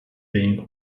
being